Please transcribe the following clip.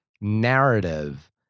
narrative